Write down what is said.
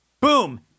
Boom